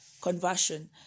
conversion